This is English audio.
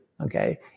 Okay